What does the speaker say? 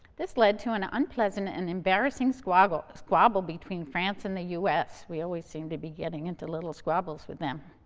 this led to an unpleasant and embarrassing squabble squabble between france and the u s. we always seem to be getting into little squabbles with them.